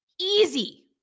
Easy